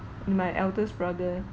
my eldest brother